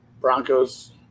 Broncos